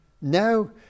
now